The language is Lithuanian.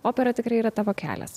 opera tikrai yra tavo kelias